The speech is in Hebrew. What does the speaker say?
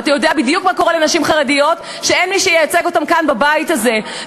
ואתה יודע בדיוק מה קורה לנשים חרדיות שאין מי שייצג אותן כאן בבית הזה.